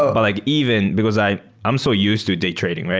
but like even because i am so used to day trading,